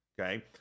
Okay